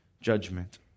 judgment